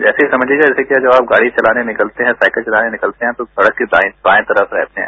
जैसे समझ लीजिये कि जैसे कि जब आप गाड़ी चलाने निकलते हैं साइकिल चलाने निकलते हैं तो सड़क के बायें तरफ रहते हैं